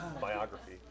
biography